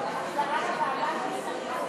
ההצעה להחזיר את